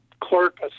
clerk